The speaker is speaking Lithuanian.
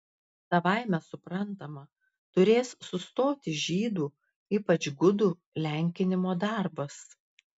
savaime suprantama turės sustoti žydų ypač gudų lenkinimo darbas